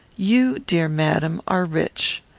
you, dear madam, are rich.